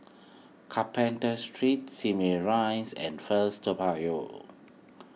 Carpenter Street Simei Rise and First Toa Payoh